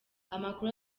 amakuru